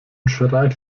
schreit